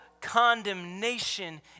condemnation